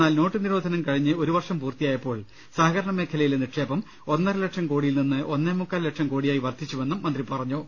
എന്നാൽ നോട്ടു നിരോധനം കഴിഞ്ഞ് ഒരു വർഷം പൂർത്തി യായപ്പോൾ സഹകരണമേഖലയിലെ നിക്ഷേപം ഒന്നരലക്ഷം കോടിയിൽ നിന്ന് ഒന്നേ മുക്കാൽ ലക്ഷം കോടിയായി വർദ്ധിച്ചുവെന്നും മന്ത്രി പറഞ്ഞു